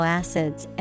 acids